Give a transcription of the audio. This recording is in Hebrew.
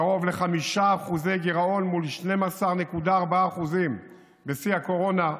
קרוב ל-5% גירעון מול 12.4% בשיא הקורונה,